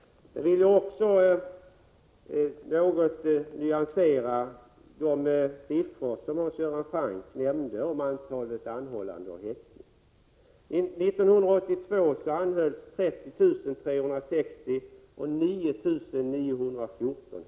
Jag vill också något nyansera de siffror som Hans Göran Franck nämnde i fråga om antalet anhållna och häktade. 1982 anhölls 30 360 och häktades 9 914.